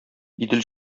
идел